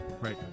right